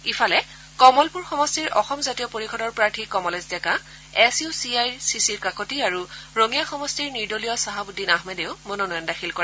ইফালে কমলপুৰ সমষ্টিৰ অসম জাতীয় পৰিষদৰ প্ৰাৰ্থী Kamalesh Deka S U C আইৰ শিশিৰ কাকতি আৰু ৰঙিয়া সমষ্টিৰ নিৰ্দলীয় চাহাবুদ্দিন আহমেদে মনোনয়ন দাখিল কৰে